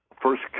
first